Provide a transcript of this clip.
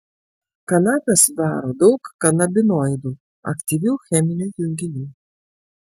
kanapę sudaro daug kanabinoidų aktyvių cheminių junginių